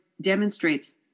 demonstrates